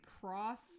cross